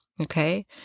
okay